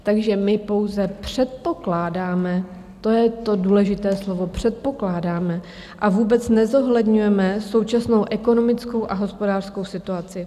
Takže my pouze předpokládáme, to je to důležité slovo předpokládáme , a vůbec nezohledňujeme současnou ekonomickou a hospodářskou situaci.